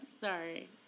Sorry